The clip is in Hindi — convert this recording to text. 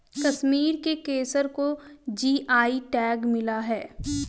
कश्मीर के केसर को जी.आई टैग मिला है